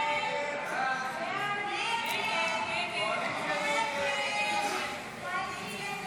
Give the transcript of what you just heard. הסתייגות 136 לא נתקבלה.